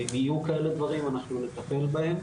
אם יהיו כאלה דברים אנחנו נטפל בהם.